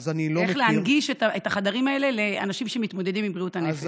איך להנגיש את החדרים האלה לאנשים שמתמודדים עם בריאות הנפש.